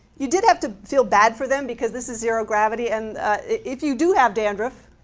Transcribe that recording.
you did have to feel bad for them because this is zero gravity and if you do have dandruff,